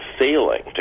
failing